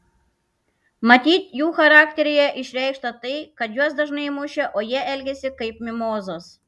matyt jų charakteryje išreikšta tai kad juos dažnai mušė o jie elgėsi kaip mimozos